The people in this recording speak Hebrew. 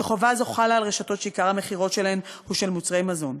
וחובה זו חלה על רשתות שעיקר המכירות שלהן הוא של מוצרי מזון.